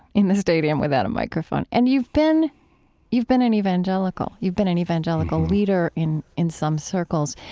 in the stadium without a microphone. and you've been you've been an evangelical. you've been an evangelical leader in in some circles.